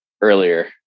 earlier